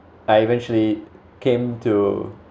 I eventually came to